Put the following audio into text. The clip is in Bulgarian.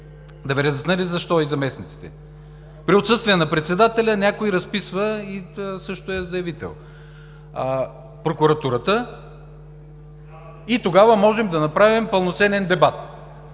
Да Ви разясня ли защо и заместниците? При отсъствие на председателя, някой разписва и също е заявител. …Прокуратурата, и тогава можем да направим пълноценен дебат.